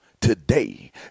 today